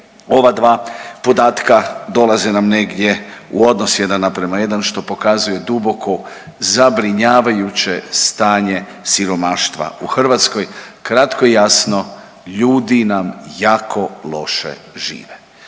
ova dva podatka dolaze nam negdje u odnosu 1:1, što pokazuje duboko zabrinjavajuće stanje siromaštva u Hrvatskoj. Kratko i jasno, ljudi nam jako loše žive.